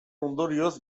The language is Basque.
ondorioz